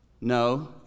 No